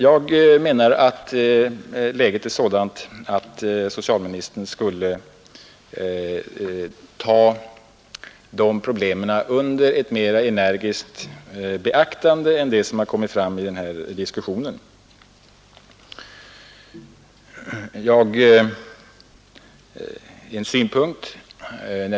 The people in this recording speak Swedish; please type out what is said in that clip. I rådande läge borde socialministern ta dessa problem under ett mera energiskt beaktande än vad som sker — att döma av vad som framkommit under denna diskussion.